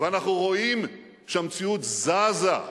ואנחנו רואים שהמציאות זזה.